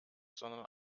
sondern